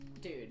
Dude